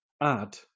add